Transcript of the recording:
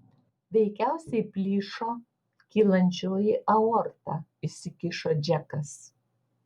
veikiausiai plyšo kylančioji aorta įsikišo džekas